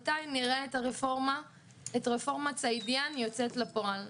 מתי נראה את רפורמת סעידיאן יוצאת לפועל?